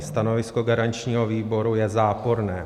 Stanovisko garančního výboru je záporné.